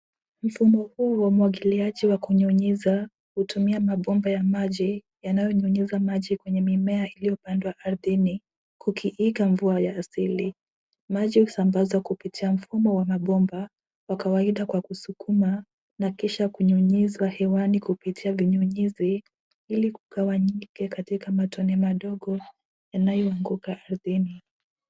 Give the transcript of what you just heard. Mfumo huu wa umwagiliaji wa kunyunyiza hutumia mabomba ya maji yanayonyunyiza maji kwenye mimea iliyopandwa ardhini kukiinga vua ya asili .Maji husambazwa kupitia mfumo wa mabomba ya kawaida kwa kusukuma na kisha kunyunyiza hewani kupitia vinyunyizi ili vigawanyike katika matone madogo yanayaanguka ardhini.